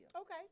Okay